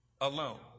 alone